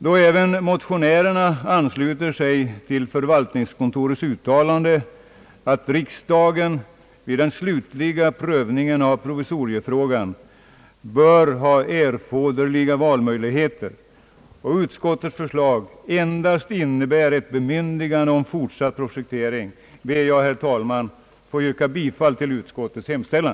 Då även motionärerna ansluter sig till förvaltningskontorets uttalande, att riksdagen vid den slutliga prövningen av provisoriefrågan bör ha erforderliga valmöjligheter, och utskottets förslag endast innebär ett bemyndigande om fortsatt projektering, ber jag, herr talman, att få yrka bifall till utskottets hemställan.